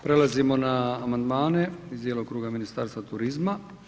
Prelazimo na amandmane iz djelokruga Ministarstva turizma.